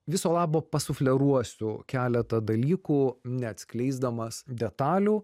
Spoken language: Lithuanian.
viso labo pasufleruosiu keletą dalykų neatskleisdamas detalių